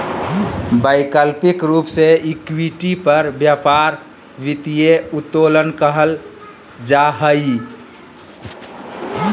वैकल्पिक रूप से इक्विटी पर व्यापार वित्तीय उत्तोलन कहल जा हइ